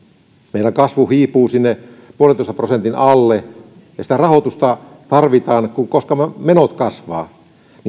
meillä kasvu hiipuu sinne yhden pilkku viiden prosentin alle ja rahoitusta tarvitaan koska menot kasvavat